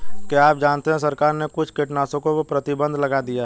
क्या आप जानते है सरकार ने कुछ कीटनाशकों पर प्रतिबंध लगा दिया है?